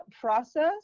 process